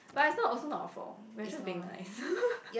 but it's not also not our fault we're just being nice